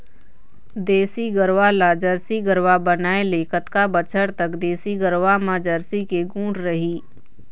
देसी गरवा ला जरसी गरवा बनाए ले कतका बछर तक देसी गरवा मा जरसी के गुण रही?